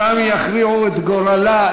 ושם יכריעו את גורלה,